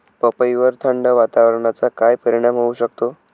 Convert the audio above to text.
पपईवर थंड वातावरणाचा काय परिणाम होऊ शकतो?